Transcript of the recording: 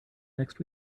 next